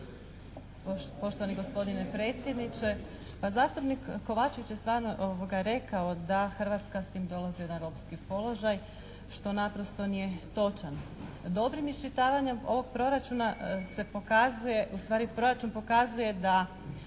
Poštovani gospodine predsjedniče, pa zastupnik Kovačević je stvarno rekao da Hrvatska s tim dolazi na ropski položaj što naprosto nije točan. Dobrim iščitavanjem ovog Proračuna se pokazuje, ustvari proračun pokazuje da